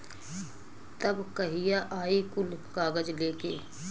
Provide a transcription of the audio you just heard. तब कहिया आई कुल कागज़ लेके?